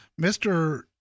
Mr